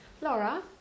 Laura